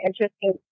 interesting